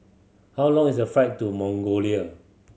how long is the flight to Mongolia